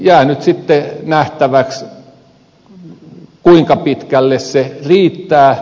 jää nyt sitten nähtäväksi kuinka pitkälle se riittää